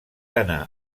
anar